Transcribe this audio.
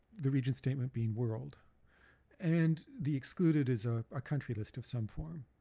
the region statement being world and the excluded is a ah country list of some form.